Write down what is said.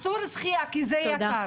אסור שחייה כי זה יקר.